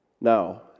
Now